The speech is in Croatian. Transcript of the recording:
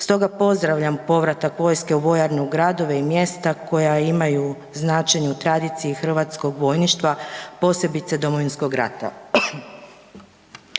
stoga pozdravljam povratak vojske u vojarne u gradove i mjesta koja imaju značajnu tradiciju i hrvatskog vojništva, posebice Domovinskog rata.